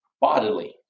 Bodily